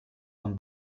von